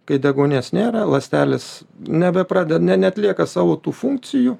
kai deguonies nėra ląstelės nebeprade ne neatlieka savo tų funkcijų